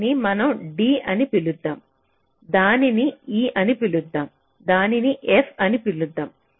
దీనిని మనం d అని పిలుద్దాం దానిని e అని పిలుద్దాం దానిని f అని పిలుద్దాం